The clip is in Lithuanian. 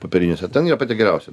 ten yra pati geriausia